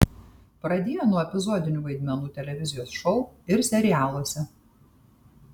pradėjo nuo epizodinių vaidmenų televizijos šou ir serialuose